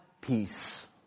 peace